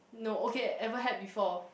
no okay ever had before